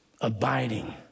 abiding